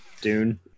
dune